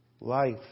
life